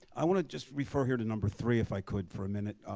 i want to just refer here to number three, if i could, for a minute,